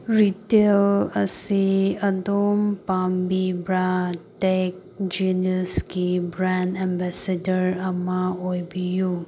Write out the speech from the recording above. retail ꯑꯁꯤ ꯑꯗꯣꯝ ꯄꯥꯝꯕꯤꯕ꯭ꯔ ꯇꯦꯛ ꯖꯤꯅꯁꯀꯤ ꯕ꯭ꯔꯥꯟ ꯑꯦꯝꯕꯦꯁꯦꯗꯔ ꯑꯃ ꯑꯣꯏꯕꯤꯌꯨ